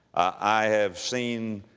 i have seen,